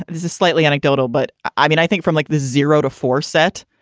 this is slightly anecdotal, but i mean, i think from like the zero to four set,